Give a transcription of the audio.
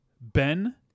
Ben